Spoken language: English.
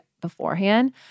beforehand